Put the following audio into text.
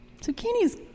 Zucchini's